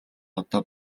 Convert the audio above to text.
одоо